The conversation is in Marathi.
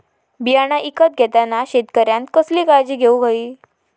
बियाणा ईकत घेताना शेतकऱ्यानं कसली काळजी घेऊक होई?